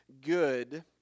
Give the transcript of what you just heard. good